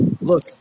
look